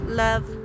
love